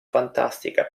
fantastica